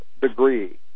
degree